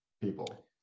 people